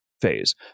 phase